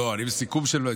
לא, אני בסיכום הדברים.